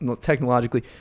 Technologically